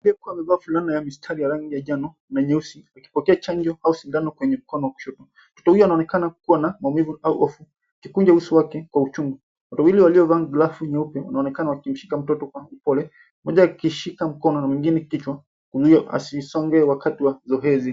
Aliyekuwa amevaa fulana ya mistari ya rangi ya njano na nyeusi akipokea chanjo au sindano kwenye mkono wa kushoto. Mtoto huyu anaonekana kuwa na maumivu au hofu, akikunja uso wake kwa uchungu. Watu wawili walio vaa glafu nyeupe wanaonekana wakimshika mtoto kwa upole, mmoja akishika mkono na mwingine kichwa, kuhakikisha asisonge wakati wa zoezi.